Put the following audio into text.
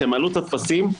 תמלאו את הטפסים,